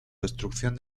destrucción